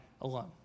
alone